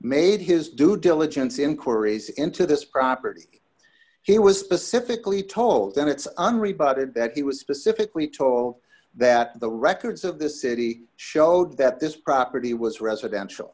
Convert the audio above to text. made his due diligence inquiries into this property he was specifically told and it's on rebut it that he was specifically told that the records of the city showed that this property was residential